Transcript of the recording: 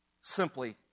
simply